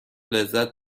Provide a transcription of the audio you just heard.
لذت